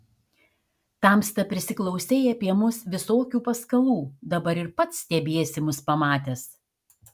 tamsta prisiklausei apie mus visokių paskalų dabar ir pats stebiesi mus pamatęs